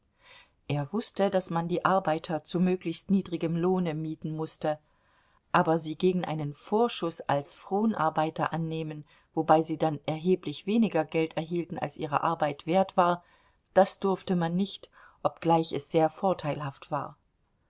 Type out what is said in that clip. er wußte daß man die arbeiter zu möglichst niedrigem lohne mieten mußte aber sie gegen einen vorschuß als fronarbeiter annehmen wobei sie dann erheblich weniger geld erhielten als ihre arbeit wert war das durfte man nicht obgleich es sehr vorteilhaft war